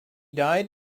died